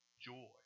joy